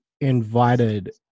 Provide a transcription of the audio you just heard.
invited